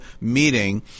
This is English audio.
meeting